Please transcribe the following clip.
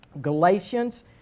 Galatians